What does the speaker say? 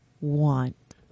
want